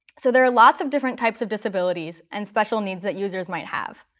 so there are lots of different types of disabilities and special needs that users might have.